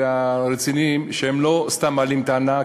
ורציניים שהם לא סתם מעלים טענה,